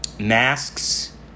masks